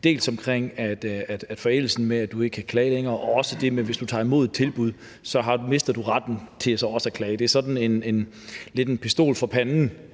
dels på grund af forældelsen, så du ikke kan klage længere, dels på grund af det, at hvis du tager imod et tilbud, mister du retten til at klage. Det er lidt sådan en pistol for panden-måde